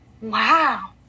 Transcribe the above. Wow